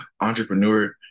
entrepreneur